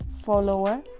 follower